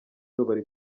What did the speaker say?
bari